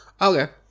Okay